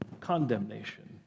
condemnation